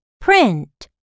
print